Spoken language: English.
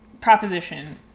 proposition